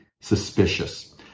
suspicious